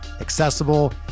accessible